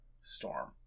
Storm